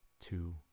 two